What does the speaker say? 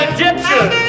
Egyptian